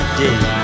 day